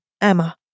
EMMA